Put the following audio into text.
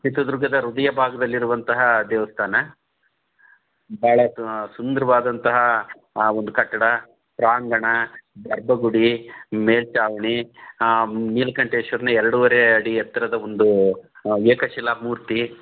ಚಿತ್ರದುರ್ಗದ ಹೃದಯ ಭಾಗದಲ್ಲಿರುವಂತಹ ದೇವಸ್ಥಾನ ಬಹಳ ಸುಂದರವಾದಂತಹ ಆ ಒಂದು ಕಟ್ಟಡ ಪ್ರಾಂಗಣ ಗರ್ಭಗುಡಿ ಮೇಲ್ಛಾವಣಿ ಆ ನೀಲಕಂಠೇಶ್ವರನ ಎರಡುವರೆ ಅಡಿ ಎತ್ತರದ ಒಂದು ಏಕಶಿಲಾ ಮೂರ್ತಿ